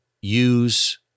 use